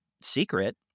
secret